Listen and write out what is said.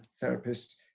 therapist